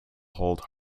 hold